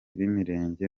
b’imirenge